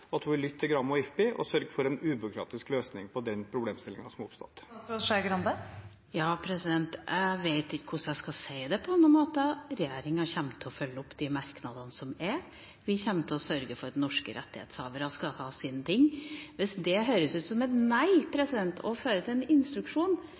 si at hun vil lytte til Gramo og IFPI og sørge for en ubyråkratisk løsning på den problemstillingen som er oppstått. Jeg vet ikke hvordan jeg skal si det på en annen måte: Regjeringen kommer til å følge opp de merknadene som er. Vi kommer til å sørge for at norske rettighetshavere skal ha sine ting. Hvis det høres ut som et nei